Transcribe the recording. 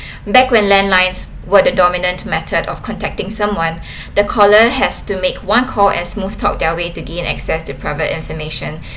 back when landlines what a dominant method of contacting someone the caller has to make one call and smooth talk their way to gain access to private information